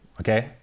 okay